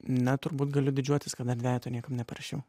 na turbūt galiu didžiuotis kad dar dvejetų niekam neprašiau